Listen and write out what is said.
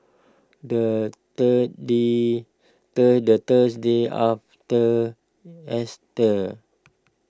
the Thursday the the Thursday after Easter